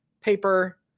paper